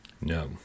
No